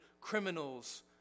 criminals